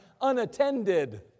unattended